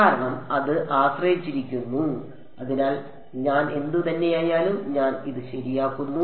കാരണം അത് ആശ്രയിച്ചിരിക്കുന്നു അതിനാൽ ഞാൻ എന്തുതന്നെയായാലും ഞാൻ ഇത് ശരിയാക്കുന്നു